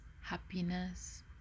happiness